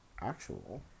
actual